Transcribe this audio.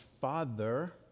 Father